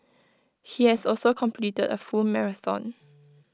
he has also completed A full marathon